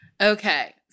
Okay